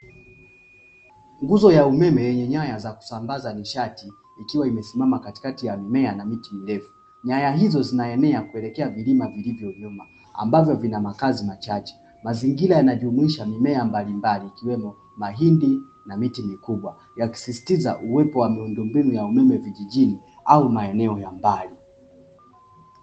Nguzo ya umeme yenye nyayo za kusambaza nishati ikiwa imesimama katikati ya mimea na miti ndevu nyaya hizo zinaenea kuelekea vijima vilivyo nyuma ambavyo vina makazi machache mazingira yana thabiti ni kubwa ya kusisitiza uwepo wa miundombinu ya umeme vijijini au maeneo ya mbali